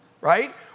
right